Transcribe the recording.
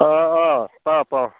অ' অ' পাওঁ পাওঁ